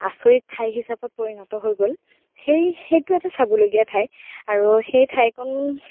আচৰিত ঠাই হিচাপত পৰিণত হৈ গ'ল সেই সেইটো এটা চাবলগীয়া ঠাই আৰু সেই ঠাইকণ